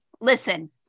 listen